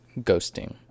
ghosting